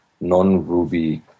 non-Ruby